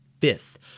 Fifth